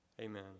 amen